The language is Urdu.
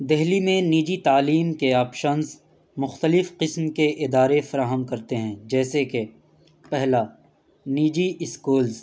دہلی میں نجی تعلیم کے آپشنس مختلف قسم کے ادارے فراہم کرتے ہیں جیسے کہ پہلا نجی اسکولز